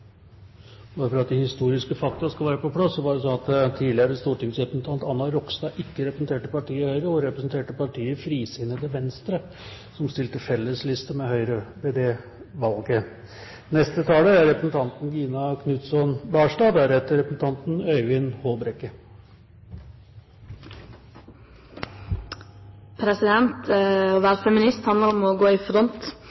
Bare for at de historiske fakta skal være på plass, var det sånn at tidligere stortingsrepresentant Anna Rogstad ikke representerte partiet Høyre, hun representerte partiet Frisinnede Venstre, som stilte fellesliste med Høyre ved det valget. Å være feminist handler om å gå i front. Kvinnebevegelsen er